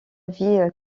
vie